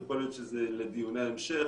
יכול להיות שזה לדיוני ההמשך,